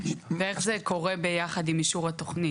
ואיך זה קורה ביחד עם אישור התוכנית.